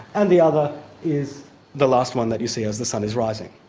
and the other is the last one that you see as the sun is rising.